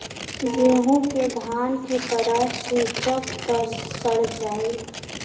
गेंहू के धान की तरह सींचब त सड़ जाई